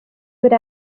would